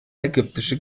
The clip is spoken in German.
ägyptische